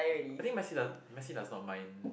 I mean Messi does Messi does not mind